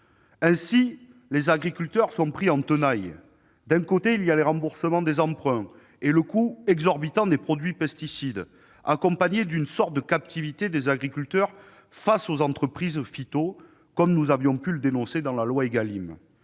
Ainsi, les agriculteurs sont pris en tenaille. D'un côté, il y a les remboursements des emprunts et le coût exorbitant des produits et pesticides, qui s'accompagne d'une sorte de captivité des agriculteurs face aux entreprises « phyto », comme nous avions pu le dénoncer lors de l'examen